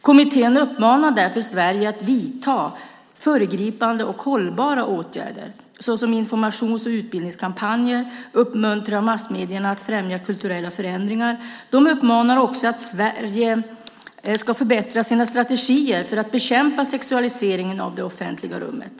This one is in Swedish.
Kommittén uppmanar därför Sverige att vidta "föregripande och hållbara åtgärder" såsom att ha informations och utbildningskampanjer samt uppmuntra massmedierna att främja kulturella förändringar. De uppmanar också Sverige att förbättra sina strategier för att bekämpa sexualiseringen av det offentliga rummet.